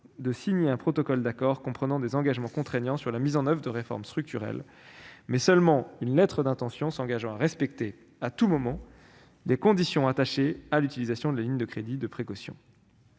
de signer un protocole d'accord comprenant des engagements contraignants sur la mise en oeuvre de réformes structurelles, mais seulement une lettre d'intention dans laquelle il s'engagera à respecter, à tout moment, les conditions associées à l'utilisation de la ligne de crédit de précaution.